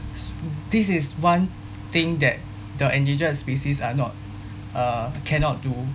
s~ this is one thing that the endangered species are not uh cannot do